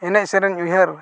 ᱮᱱᱮᱡᱼᱥᱮᱨᱮᱧ ᱩᱭᱦᱟᱹᱨ